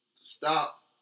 stop